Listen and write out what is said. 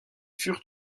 furent